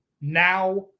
Now